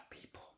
people